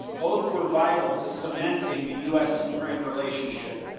both were vital to cementing the u s. ukraine relationship.